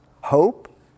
hope